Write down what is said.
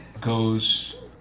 goes